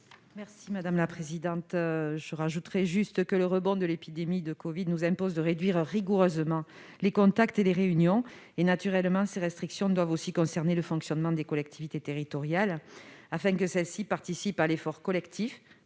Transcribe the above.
présenter l'amendement n° 27 rectifié. Le rebond de l'épidémie de covid nous impose de réduire rigoureusement les contacts et les réunions. Naturellement, ces restrictions doivent concerner aussi le fonctionnement des collectivités territoriales, afin que celles-ci participent à l'effort collectif